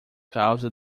causa